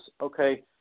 Okay